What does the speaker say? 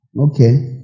okay